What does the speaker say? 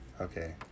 Okay